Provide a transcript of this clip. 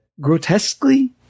Grotesquely